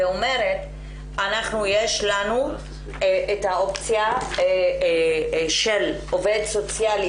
ואומרת שיש לנו אופציה של עובד סוציאלי